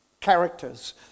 characters